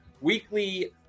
weekly